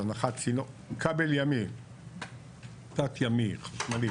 של הנחת כבל תת ימי חשמלי